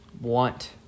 want